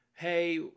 Hey